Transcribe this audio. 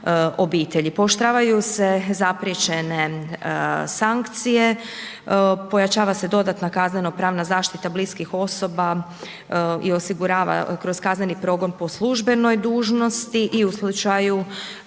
obitelji. Pooštravaju se zapriječene sankcije, pojačava se dodatna kazneno pravna zaštita bliskih osoba i osigurava kroz kazneni progon po službenoj dužnosti i u slučaju